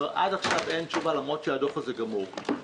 עד עכשיו אין תשובה, למרות שהדוח הזה גמור.